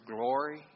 glory